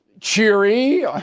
cheery